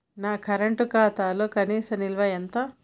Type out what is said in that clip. నా కరెంట్ ఖాతాలో కనీస నిల్వ ఎంత?